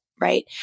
right